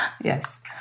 Yes